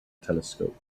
telescope